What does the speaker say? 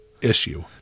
issue